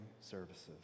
services